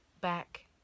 back